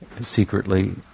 secretly